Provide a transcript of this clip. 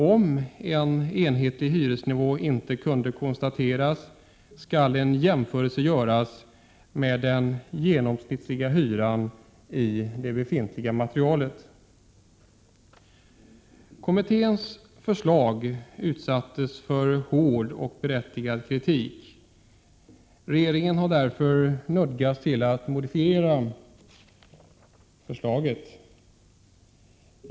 Om en enhetlig hyresnivå inte kunde konstateras, skulle en jämförelse göras med den genomsnittliga hyran i det befintliga materialet. Kommitténs förslag utsattes för hård och berättigad kritik. Regeringen har därför nödgats modifiera förslaget.